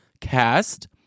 cast